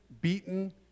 beaten